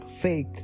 fake